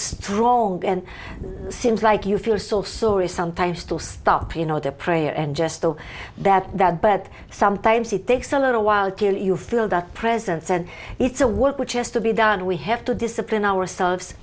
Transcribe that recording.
strong and seems like you feel so sorry sometimes to stop you know the prayer and just the that that bet sometimes it takes a little while you feel that presence said it's a work which has to be done we have to discipline ourselves